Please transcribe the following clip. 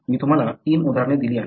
मी तुम्हाला तीन उदाहरणे दिली आहेत